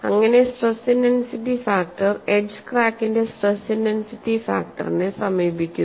അങ്ങനെ stress intensity factor edge ക്രാക്കിന്റെ stress intensity ഫാക്ടറിനെ സമീപിക്കുന്നു